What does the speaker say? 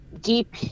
deep